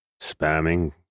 Spamming